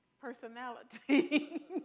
Personality